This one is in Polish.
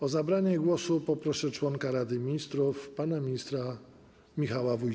O zabranie głosu proszę członka Rady Ministrów pana ministra Michała Wójcika.